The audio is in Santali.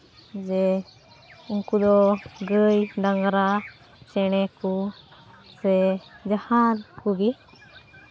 ᱡᱮ ᱩᱱᱠᱩ ᱫᱚ ᱜᱟᱹᱭ ᱰᱟᱝᱨᱟ ᱪᱮᱬᱮ ᱠᱚ ᱥᱮ ᱡᱟᱦᱟᱸ ᱠᱚᱜᱮ